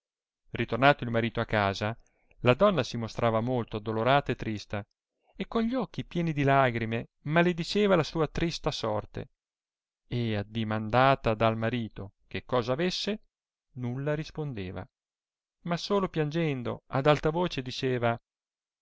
ritornato il marito a casa la donna si mostrava molto addolorata e trista e con gli occhi pieni di lagrime malediceva la sua trista sorte e addimandata dal marito che cosa avesse nulla rispondeva ma solo piangendo ad alta voce diceva